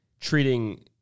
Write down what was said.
treating